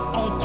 on